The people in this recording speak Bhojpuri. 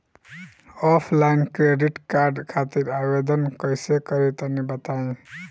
ऑफलाइन क्रेडिट कार्ड खातिर आवेदन कइसे करि तनि बताई?